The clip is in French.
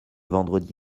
vendredi